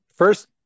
First